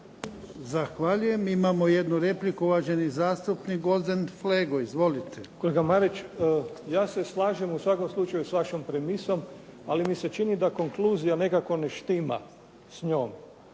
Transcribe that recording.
Zahvaljujem. Imamo jednu repliku, uvaženi zastupnik Gvozden Flego. Izvolite. **Flego, Gvozden Srećko (SDP)** Kolega Marić, ja se slažem u svakom slučaju s vašom premisom, ali mi se čini da konkluzija nekako ne štima s njom.